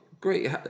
great